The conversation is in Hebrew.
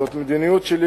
זאת מדיניות שלי,